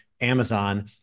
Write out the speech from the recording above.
Amazon